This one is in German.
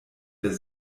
der